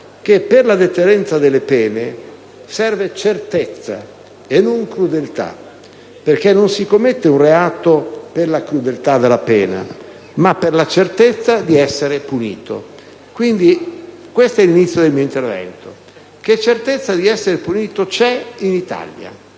che per la deterrenza delle pene serve certezza e non crudeltà, perché non si commette un reato per la crudeltà della pena, ma per la certezza di essere punito. Questo è l'inizio del mio intervento: che certezza c'è, in Italia,